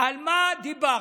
על מה דיברנו.